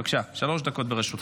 בבקשה, שלוש דקות לרשותך.